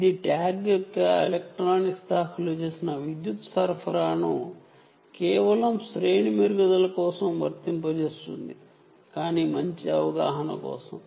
ఇది ట్యాగ్ యొక్క ఎలక్ట్రానిక్స్ ఇచ్చిన విద్యుత్ సరఫరా కేవలం శ్రేణి మెరుగుదల కోసం వర్తింపజేస్తుంది కానీ మంచి అవగాహన కోసం